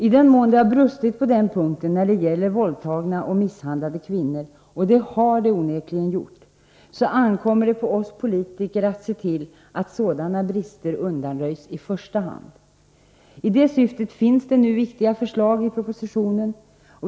I den mån det brustit på den punkten när det gäller våldtagna och misshandlade kvinnor — och det har det onekligen gjort — ankommer det på oss politiker att se till att sådana brister undanröjs i första hand. I det syftet finns det nu viktiga förslag i propositionen.